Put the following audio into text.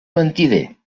mentider